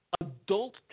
adult